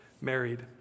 married